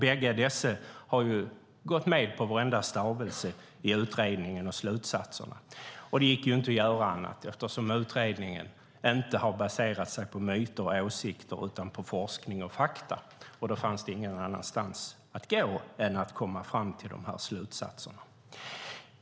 Bägge dessa har gått med på varenda stavelse och alla slutsatser i utredningen. Det gick inte att göra annat eftersom utredningen inte har baserat sig på myter och åsikter utan på forskning och fakta. Då fanns det ingen annanstans att gå än att komma fram till dessa slutsatser.